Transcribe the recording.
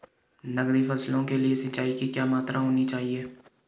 नकदी फसलों के लिए सिंचाई की क्या मात्रा होनी चाहिए?